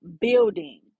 building